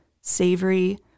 savory